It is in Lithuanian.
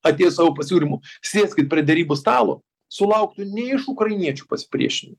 atėjęs su savo pasiūlymu sėskit prie derybų stalo sulauktų ne iš ukrainiečių pasipriešin